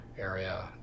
area